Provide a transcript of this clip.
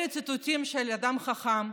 אלה ציטוטים של אדם חכם,